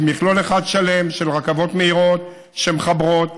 והיא מכלול אחד שלם של רכבות מהירות שמחברות,